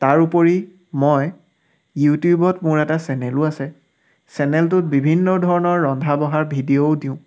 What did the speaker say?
তাৰোপৰি মই ইউটিউবত মোৰ এটা চেনেলো আছে চেনেলটোত বিভিন্ন ধৰণৰ ৰন্ধা বঢ়াৰ ভিডিঅ'ও দিওঁ